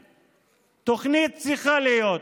תוכנית צריכה להיות.